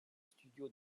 studios